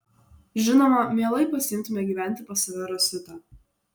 žinoma mielai pasiimtume gyventi pas save rositą